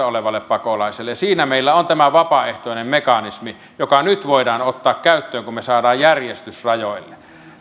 olevalle pakolaiselle ja siinä meillä on tämä vapaaehtoinen mekanismi joka nyt voidaan ottaa käyttöön kun me saamme järjestyksen rajoille